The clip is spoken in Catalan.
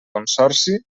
consorci